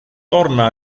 torna